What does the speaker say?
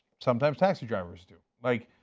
sometimes taxi drivers due like